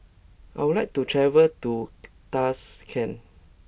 I would like to travel to Tashkent